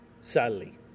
Sadly